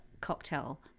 cocktail